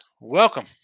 Welcome